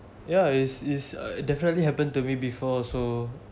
ya it's it's uh definitely happen to me before also